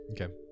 Okay